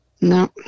No